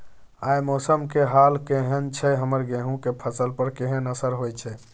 आय मौसम के हाल केहन छै हमर गेहूं के फसल पर केहन असर होय छै?